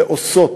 ועושות.